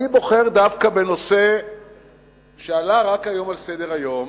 אני בוחר דווקא בנושא שעלה רק היום לסדר-היום,